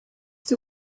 two